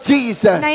Jesus